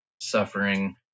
suffering